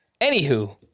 Anywho